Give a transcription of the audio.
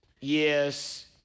yes